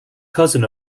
cousin